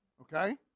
okay